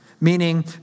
meaning